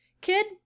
kid